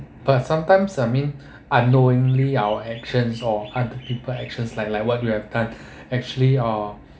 but sometimes I mean unknowingly our actions or other people actions like like what you have done actually ah